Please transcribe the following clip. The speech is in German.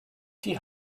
die